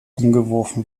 umgeworfen